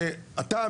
ואתה,